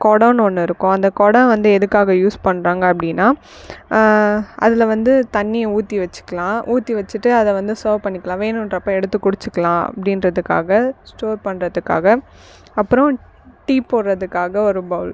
குடம்னு ஒன்று இருக்கும் அந்த குடம் வந்து எதுக்காக யூஸ் பண்ணுறாங்க அப்படின்னா அதில் வந்து தண்ணியை ஊற்றி வச்சிக்கலாம் ஊற்றி வச்சுட்டு அதை வந்து செர்வ் பண்ணிக்கலாம் வேணும்றப்ப எடுத்து குடிச்சுக்கலாம் அப்படின்றத்துக்காக ஸ்டோர் பண்ணுறதுக்காக அப்புறம் டீ போடுறதுக்காக ஒரு பவுல்